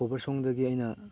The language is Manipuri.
ꯀꯣꯚꯔ ꯁꯣꯡꯗꯒꯤ ꯑꯩꯅ